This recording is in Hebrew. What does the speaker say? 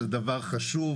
שזה דבר חשוב.